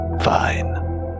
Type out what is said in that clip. Fine